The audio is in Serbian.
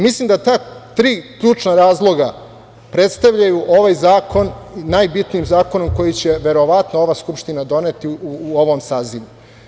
Mislim da ta tri ključna razloga predstavljaju ovaj zakon najbitnijim zakonom koji će verovatno ova Skupština doneti u ovom sazivu.